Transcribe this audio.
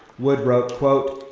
wood wrote quote,